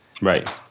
Right